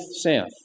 south